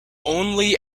only